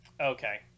okay